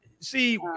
See